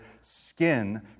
skin